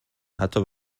حتی